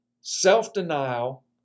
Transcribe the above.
self-denial